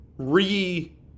Re